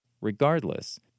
Regardless